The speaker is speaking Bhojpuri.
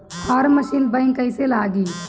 फार्म मशीन बैक कईसे लागी?